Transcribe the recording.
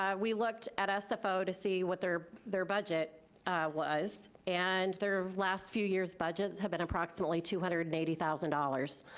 um we looked at sfo to see what their their budget was, and their last few year's budgets have been approximately two hundred and eighty thousand dollars.